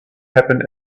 happen